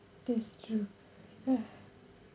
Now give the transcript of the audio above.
that's true mm